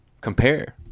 compare